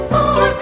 Four